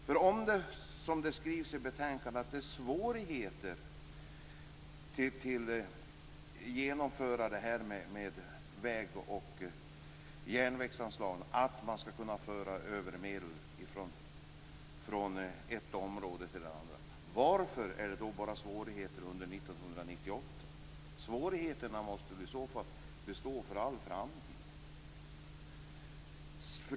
För om det, som det skrivs i betänkandet, är svårigheter att genomföra det här med väg och järnvägsanslag, det här att man skall kunna föra över medel från ett område till ett annat, varför är det då bara svårigheter under 1998? Svårigheterna måste väl i så fall bestå för all framtid?